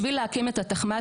בשביל להקים את התחמ"ש,